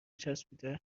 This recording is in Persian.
چسبیده